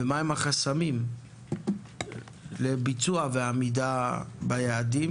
ומהם החסמים לביצוע ולעמידה ביעדים.